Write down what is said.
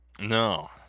No